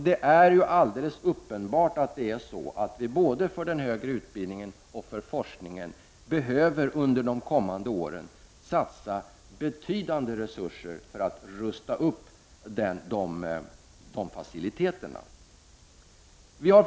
Det är alldeles uppenbart att vi både för den högre utbildningen och för forskningen under de kommande åren behöver satsa betydande resurser för att upprusta de faciliteterna.